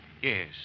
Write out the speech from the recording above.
Yes